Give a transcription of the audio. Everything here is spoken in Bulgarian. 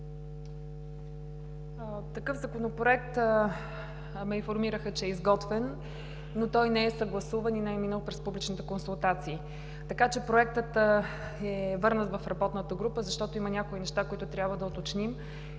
Такъв Законопроект ме информираха, че е изготвен, но той не е съгласуван и не е минал през публичните консултации. Проектът е върнат в работната група, защото има някои неща, които трябва да уточним.